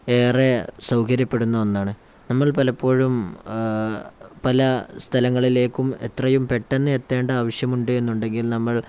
ഏറെ സൗകര്യപ്പെടുന്ന ഒന്നാണ് നമ്മൾ പലപ്പോഴും പല സ്ഥലങ്ങളിലേക്കും എത്രയും പെട്ടെന്ന് എത്തേണ്ട ആവശ്യമുണ്ടെന്നുണ്ടെങ്കിൽ നമ്മൾ